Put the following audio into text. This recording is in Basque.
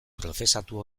prozesatu